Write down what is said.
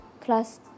class